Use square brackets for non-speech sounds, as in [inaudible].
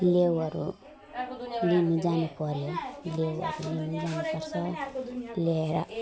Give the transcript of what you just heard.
लेउहरू लिनु जानुपऱ्यो लिएर [unintelligible] जानुपर्छ लिएर